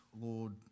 Lord